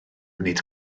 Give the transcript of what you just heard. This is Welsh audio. wneud